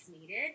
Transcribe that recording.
needed